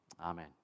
amen